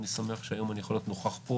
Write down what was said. ואני שמח שהיום אני יכול להיות נוכח פה